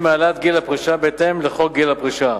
מהעלאת גיל הפרישה בהתאם לחוק גיל פרישה,